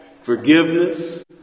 Forgiveness